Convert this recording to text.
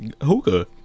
hookah